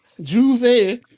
Juve